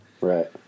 right